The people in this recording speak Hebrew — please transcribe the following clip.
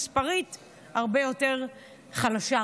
מספרית הרבה יותר חלשה,